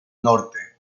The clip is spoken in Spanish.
norte